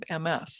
MS